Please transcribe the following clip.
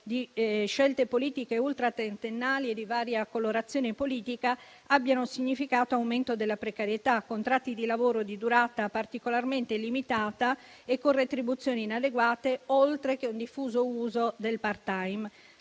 di scelte politiche ultratrentennali e di varia colorazione politica, abbiano significato aumento della precarietà, contratti di lavoro di durata particolarmente limitata e con retribuzioni inadeguate, oltre che un diffuso uso del *part-time*.